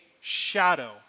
shadow